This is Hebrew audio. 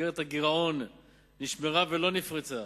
מסגרת הגירעון נשמרה ולא נפרצה.